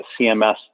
CMS